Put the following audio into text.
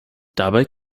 dabei